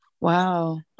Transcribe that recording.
Wow